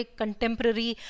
contemporary